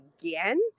again